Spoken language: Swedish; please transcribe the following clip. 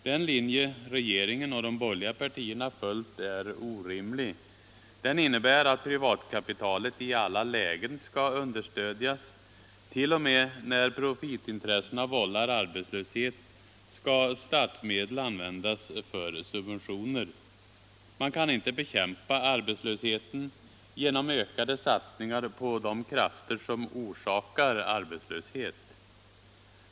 Den linje regeringen och de borgerliga partierna följt är orimlig. Den innebär att privatkapitalet i alla lägen skall understödjas; t.o.m. när profitintressena vållar arbetslöshet skall statsmedel användas för subventioner. Man kan inte bekämpa arbetslösheten genom ökade satsningar på de krafter som orsakar arbetslöshet.